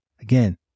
Again